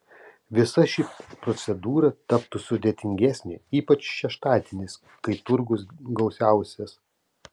visa ši procedūra taptų sudėtingesnė ypač šeštadieniais kai turgus gausiausias